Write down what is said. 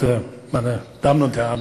(נושא דברים בשפה הגרמנית,